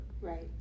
Right